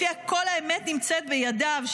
שלפיה כל האמת נמצאת בידיו,